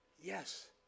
Yes